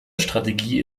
strategie